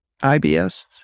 IBS